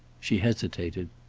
she hesitated.